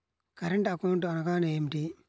Current account అనగా ఏమిటి?